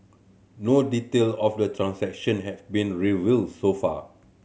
no detail of the transaction have been revealed so far